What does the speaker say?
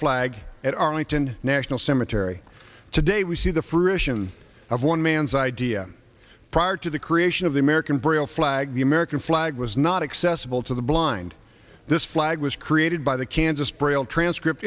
flag at arlington national cemetery today we see the fruition of one man's idea prior to the creation of the american braille flag the american flag was not accessible to the blind this flag was created by the kansas braille transcript